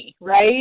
right